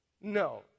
No